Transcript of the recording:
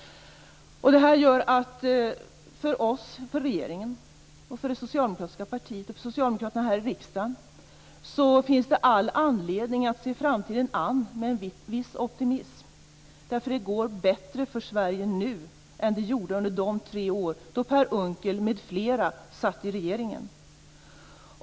Det här gör att det för oss, för regeringen, för det socialdemokratiska partiet och för socialdemokraterna här i riksdagen finns all anledning att se framtiden an med en viss optimism. Det går bättre för Sverige nu än under de tre år då Per Unckel m.fl. satt i regeringen.